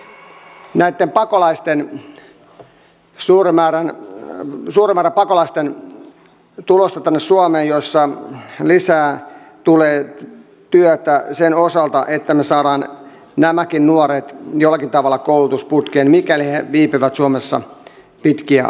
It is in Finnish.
meillä on suuri haaste suuren pakolaismäärän tulossa tänne suomeen missä yhteydessä tulee lisää työtä sen osalta että me saamme nämäkin nuoret jollakin tavalla koulutusputkeen mikäli he viipyvät suomessa pitkiä aikoja